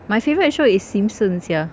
my favourite show is simpson's sia